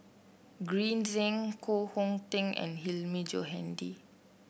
Green Zeng Koh Hong Teng and Hilmi Johandi